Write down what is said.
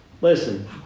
Listen